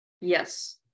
yes